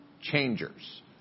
changers